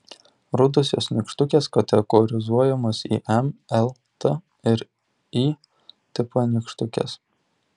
rudosios nykštukės kategorizuojamos į m l t ir y tipo nykštukes